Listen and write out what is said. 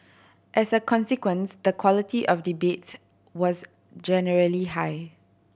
as a consequence the quality of debates was generally high